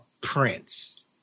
Prince